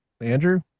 Andrew